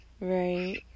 Right